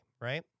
right